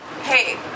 Hey